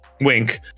wink